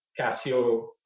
Casio